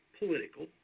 political